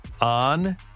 on